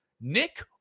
Nick